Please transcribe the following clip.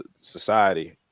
society